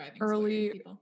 Early